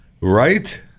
Right